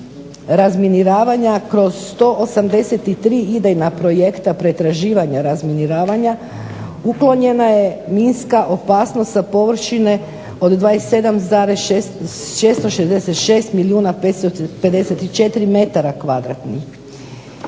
razminiravanja kroz 183 idejna projekta pretraživanja razminiravanja uklonjena je minska opasnost sa površine od 27,666 milijuna 554 metara kvadratnih.